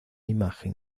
imagen